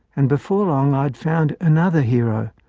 and before long i had found another hero,